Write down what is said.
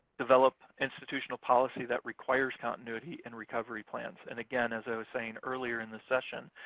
develop institutional policy that requires continuity and recovery plans. and, again, as i was saying earlier in the session,